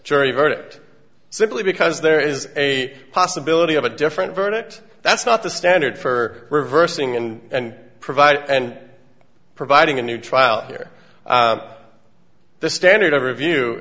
jury verdict simply because there is a possibility of a different verdict that's not the standard for reversing and provide and providing a new trial here the standard of review